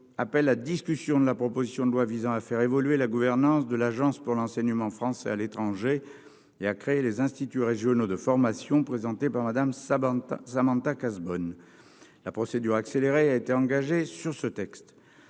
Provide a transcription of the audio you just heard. appelle la discussion de la proposition de loi visant à faire évoluer la gouvernance de l'Agence pour l'enseignement français à l'étranger et à créer les instituts régionaux de formation présentée par Madame Sabban, Samantha Cazebonne la procédure accélérée a été engagée sur ce texte